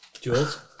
Jules